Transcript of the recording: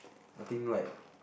I think like